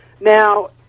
Now